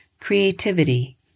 creativity